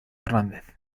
hernández